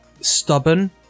stubborn